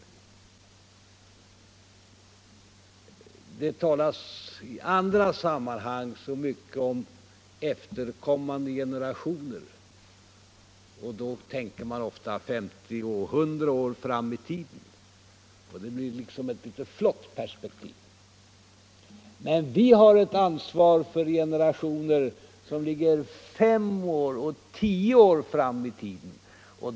Det talas i andra sammanhang så mycket om efterkommande generationer. Då tänker man ofta 50 och 100 år framåt i tiden — och det blir liksom ett litet flott perspektiv. Men vi har ett ansvar för generationer som ligger 5 och 10 år fram i tiden.